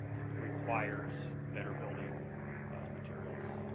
it requires better building materials,